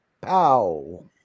Pow